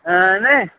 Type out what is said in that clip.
نہیں